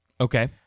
Okay